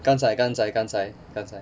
刚才刚才刚才刚才